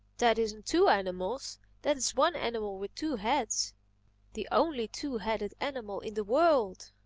that isn't two animals that's one animal with two heads the only two-headed animal in the world.